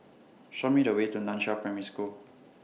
Show Me The Way to NAN Chiau Primary School